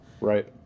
Right